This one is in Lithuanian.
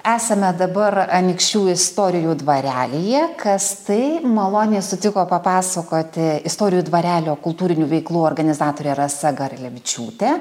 esame dabar anykščių istorijų dvarelyje kas tai maloniai sutiko papasakoti istorijų dvarelio kultūrinių veiklų organizatorė rasa garalevičiūtė